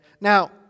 now